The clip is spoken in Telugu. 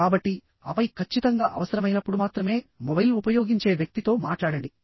కాబట్టి ఆపై ఖచ్చితంగా అవసరమైనప్పుడు మాత్రమే మొబైల్ ఉపయోగించే వ్యక్తితో మాట్లాడండి